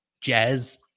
Jazz